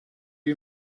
you